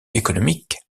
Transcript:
économique